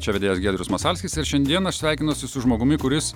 čia vedėjas giedrius masalskis ir šiandien aš sveikinuosi su žmogumi kuris